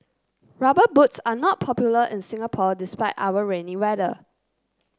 rubber boots are not popular in Singapore despite our rainy weather